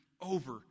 Over